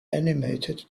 animated